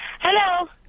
Hello